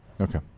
Okay